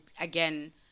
again